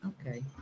Okay